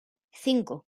cinco